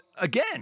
again